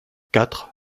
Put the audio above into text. quatre